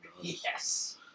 Yes